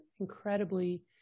incredibly